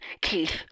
Keith